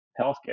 healthcare